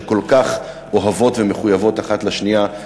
שכל כך אוהבות ומחויבות אחת לשנייה,